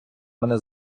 мене